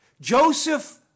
Joseph